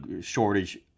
shortage